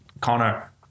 Connor